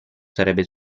sarebbe